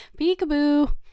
Peekaboo